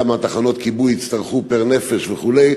כמה תחנות כיבוי יצטרכו פר-נפש וכו',